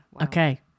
Okay